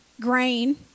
grain